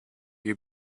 you